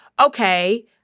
okay